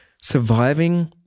surviving